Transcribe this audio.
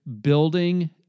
building